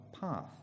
path